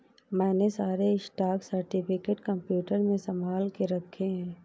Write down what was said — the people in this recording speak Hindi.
मैंने सारे स्टॉक सर्टिफिकेट कंप्यूटर में संभाल के रखे हैं